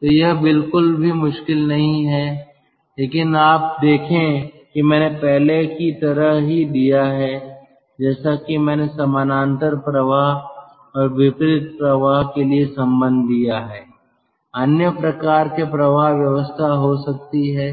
तो यह बिल्कुल भी मुश्किल नहीं है लेकिन आप देखें कि मैंने पहले की तरह ही दिया है जैसा कि मैंने समानांतर प्रवाह और विपरीत प्रवाह के लिए संबंध दिया है अन्य प्रकार के प्रवाह व्यवस्था हो सकती है